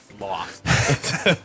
lost